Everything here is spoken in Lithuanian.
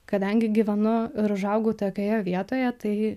kadangi gyvenu ir užaugau tokioje vietoje tai